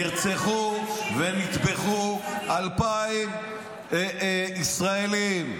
נרצחו ונטבחו 2,000 ישראלים,